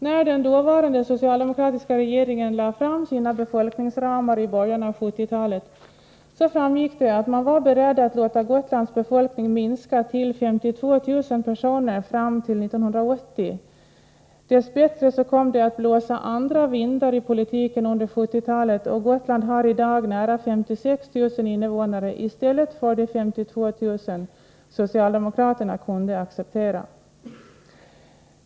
När den dåvarande socialdemokratiska regeringen lade fram sina befolkningsramar i början av 1970-talet framgick det att man var beredd att låta Gotlands befolkning minska till 52 000 personer fram till 1980. Dess bättre kom det att blåsa andra vindar i politiken under 1970-talet, och Gotland har i dag nära 56 000 innevånare i stället för de 52 000 socialdemokraterna kunde acceptera.